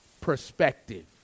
perspective